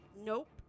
nope